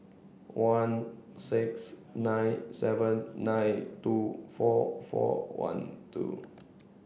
one six nine seven nine two four four one two